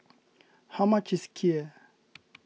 how much is Kheer